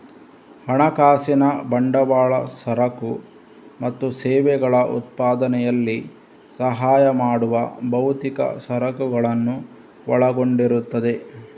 ಹಣಕಾಸಿನ ಬಂಡವಾಳ ಸರಕು ಮತ್ತು ಸೇವೆಗಳ ಉತ್ಪಾದನೆಯಲ್ಲಿ ಸಹಾಯ ಮಾಡುವ ಭೌತಿಕ ಸರಕುಗಳನ್ನು ಒಳಗೊಂಡಿರುತ್ತದೆ